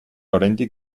oraindik